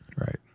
right